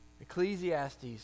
Ecclesiastes